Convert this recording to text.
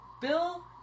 Bill